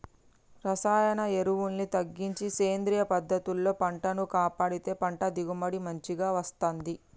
రసాయన ఎరువుల్ని తగ్గించి సేంద్రియ పద్ధతుల్లో పంటను కాపాడితే పంట దిగుబడి మంచిగ వస్తంది